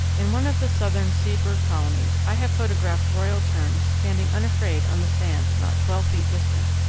in one of the southern sea-bird colonies i have photographed royal terns standing unafraid on the sands not twelve feet distant.